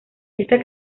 esta